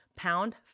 pound